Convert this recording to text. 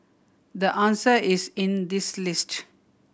the answer is in this list